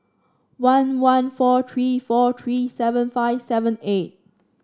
one one four three four three seven five seven eight